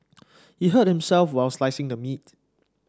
he hurt himself while slicing the meat